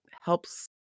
helps